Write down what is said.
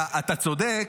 אתה צודק.